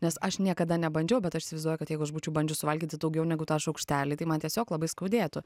nes aš niekada nebandžiau bet aš įsivaizduoju kad jeigu aš būčiau bandžius suvalgyti daugiau negu tą šaukštelį tai man tiesiog labai skaudėtų